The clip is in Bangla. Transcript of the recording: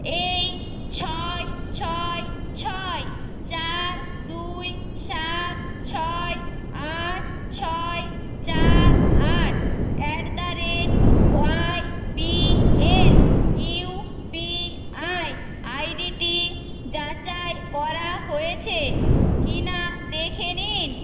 এই ছয় ছয় ছয় চার দুই সাত ছয় আট ছয় চার আট at the rate Y B L U P I আইডিটি যাচাই করা হয়েছে কিনা দেখে নিন